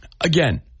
again